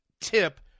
tip